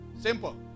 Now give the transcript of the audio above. Simple